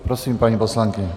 Prosím, paní poslankyně.